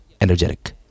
Energetic